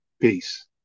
Peace